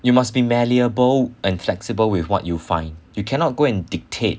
you must be malleable and flexible with what you find you cannot go and dictate